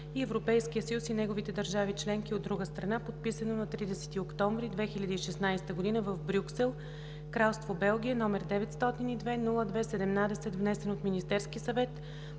и Европейския съюз и неговите държави членки, от друга страна, подписано на 30 октомври 2016 г. в Брюксел, Кралство Белгия, № 902-02-17, внесен от Министерския съвет